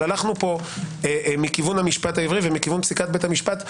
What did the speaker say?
והלכנו מכיוון המשפט העברי ומכיוון פסיקת בית המשפט.